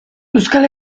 euskal